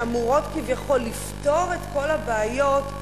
שאמורות כביכול לפתור את כל הבעיות,